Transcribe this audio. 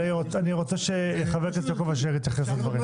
אני רוצה שחבר הכנסת יעקב אשר יתייחס לדברים.